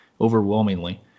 overwhelmingly